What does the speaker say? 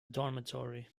dormitory